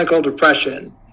depression